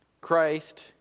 Christ